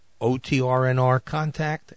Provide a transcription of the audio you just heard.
otrnrcontact